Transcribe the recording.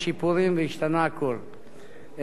בהתאם לתנאי המכרז של משרד התחבורה לזמן